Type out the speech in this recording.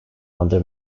under